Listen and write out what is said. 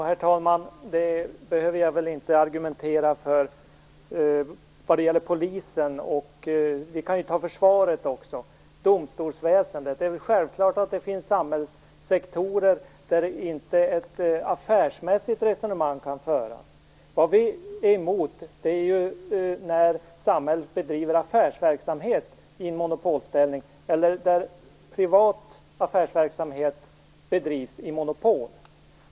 Herr talman! Jag behöver väl inte argumentera när det gäller Polisen, Försvaret och Domstolsväsendet. Det är väl självklart att det finns samhällssektorer där ett affärsmässigt resonemang inte kan föras. Vad vi är emot är när samhället bedriver affärsverksamhet i monopolställning eller när privat affärsverksamhet bedrivs i monopol.